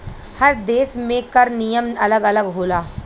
हर देस में कर नियम अलग अलग होला